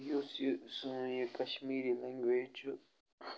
یُس یہِ سٲنۍ یہِ کَشمیٖری لنٛگویج چھُ